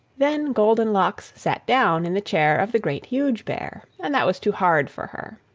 then goldenlocks sat down in the chair of the great, huge bear, and that was too hard for her.